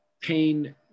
pain